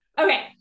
okay